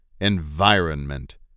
environment